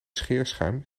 scheerschuim